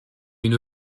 une